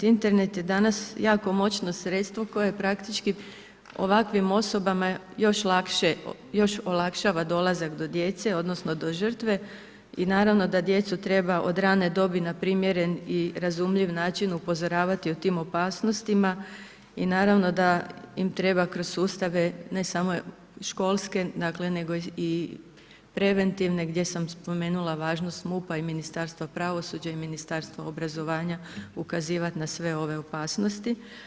Internet je danas jako močno sredstvo koje praktički ovakvim osobama još olakšava dolazak do djece odnosno do žrtve i naravno da djecu treba od rane dobi na primjeren i razumljiv način upozoravati o tim opasnostima i naravno da im treba kroz sustave ne samo školske nego i preventivne gdje sam spomenula važnost MUP-a i Ministarstva pravosuđa i Ministarstva obrazovanja ukazivati na sve ove opasnosti.